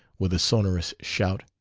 with a sonorous shout.